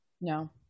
No